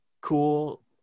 cool